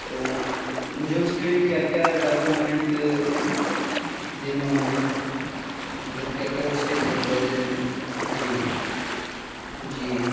تو مجھے اس کے لیے کیا کیا ڈاکومنٹ دینے ہوں گے مطلب کیا کیا اس کے ضرورتیں ہیں جی جی